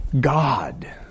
God